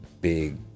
big